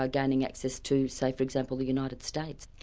ah gaining access to, say for example, the united states.